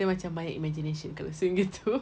saya macam banyak imagination kalau swing gitu